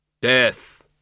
Death